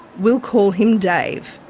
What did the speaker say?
we'll call him dave.